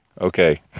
okay